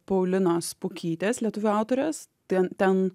paulinos pukytės lietuvių autorės ten ten